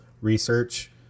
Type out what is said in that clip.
research